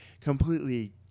completely